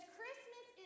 Christmas